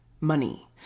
money